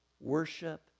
worship